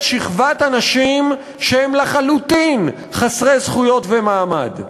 שכבת אנשים שהם לחלוטין חסרי זכויות ומעמד.